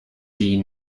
die